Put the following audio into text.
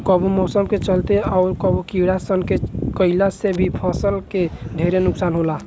कबो मौसम के चलते, अउर कबो कीड़ा सन के खईला से भी फसल के ढेरे नुकसान होला